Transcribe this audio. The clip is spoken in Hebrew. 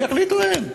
שיחליטו הם.